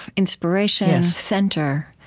inspiration center